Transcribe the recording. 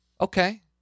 Okay